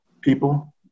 people